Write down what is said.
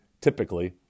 typically